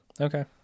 okay